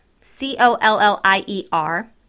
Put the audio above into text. C-O-L-L-I-E-R